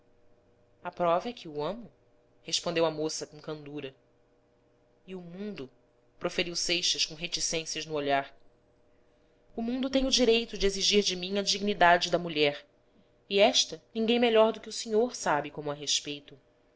a prova é que o amo respondeu a moça com candura e o mundo proferiu seixas com reticências no olhar o mundo tem o direito de exigir de mim a dignidade da mulher e esta ninguém melhor do que o senhor sabe como a respeito